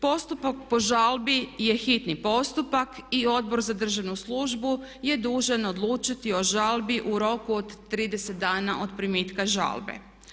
Postupak po žalbi je hitni postupak i Odbor za državnu službu je dužan odlučiti o žalbi u roku od 30 dana od primitka žalbe.